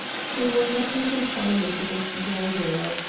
they were not in confinement against their will.